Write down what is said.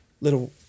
Little